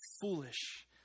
foolish